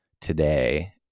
today